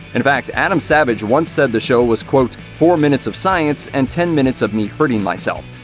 in fact, adam savage once said the show was quote four minutes of science and ten minutes of me hurting myself.